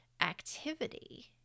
activity